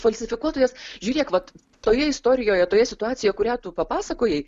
falsifikuotojas žiūrėk vat toje istorijoje toje situacijoje kurią tu papasakojai